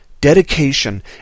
dedication